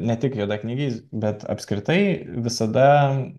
ne tik juodaknygiais bet apskritai visada